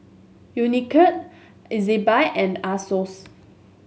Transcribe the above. Unicurd Ezbuy and Asos